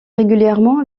régulièrement